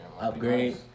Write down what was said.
upgrade